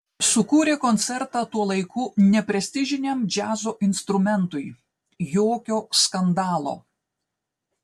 sukūrė koncertą tuo laiku neprestižiniam džiazo instrumentui jokio skandalo